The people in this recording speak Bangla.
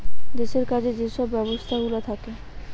দেশের কাজে যে সব ব্যবস্থাগুলা থাকে